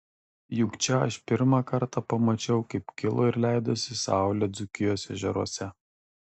juk čia aš pirmą kartą pamačiau kaip kilo ir leidosi saulė dzūkijos ežeruose